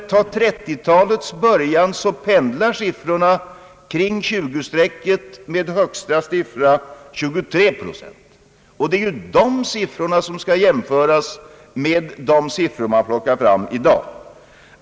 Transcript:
Vid 30 talets början pendlar siffrorna kring 20-strecket med 23 procent som högsta siffra. Det är ju dessa siffror som skall jämföras med de siffror man plockar fram i dag.